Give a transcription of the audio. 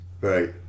Right